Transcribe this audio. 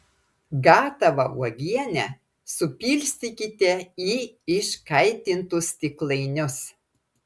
gatavą uogienę supilstykite į iškaitintus stiklainius